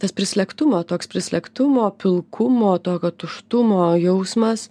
tas prislėgtumo toks prislėgtumo pilkumo tokio tuštumo jausmas